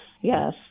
yes